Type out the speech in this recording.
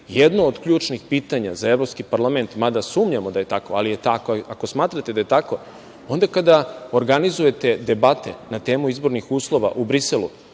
uslovi u Srbiji, za Evropski parlament, mada sumnjamo da je tako, ali ako smatrate da je tako, onda kada organizujete debate na temu izbornih uslova u Briselu,